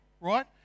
right